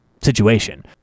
situation